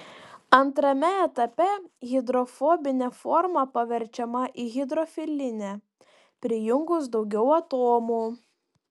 antrame etape hidrofobinė forma paverčiama į hidrofilinę prijungus daugiau atomų